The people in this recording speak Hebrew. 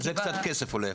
זה כבר עולה כסף.